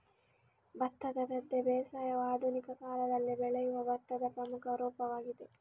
ಭತ್ತದ ಗದ್ದೆ ಬೇಸಾಯವು ಆಧುನಿಕ ಕಾಲದಲ್ಲಿ ಬೆಳೆಯುವ ಭತ್ತದ ಪ್ರಮುಖ ರೂಪವಾಗಿದೆ